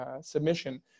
submission